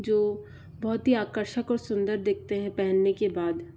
जो बहुत ही आकर्षक और सुंदर दिखते हैं पहनने के बाद